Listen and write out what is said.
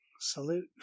salute